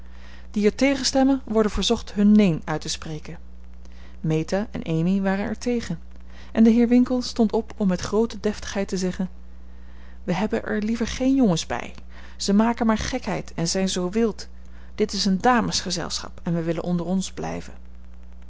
die er tegen stemmen worden verzocht hun neen uit te spreken meta en amy waren er tegen en de heer winkle stond op om met groote deftigheid te zeggen wij hebben er liever geen jongens bij ze maken maar gekheid en zijn zoo wild dit is een damesgezelschap en we willen onder ons blijven